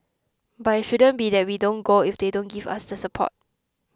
but it shouldn't be that we don't go if they don't give us the support